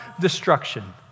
destruction